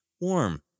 warm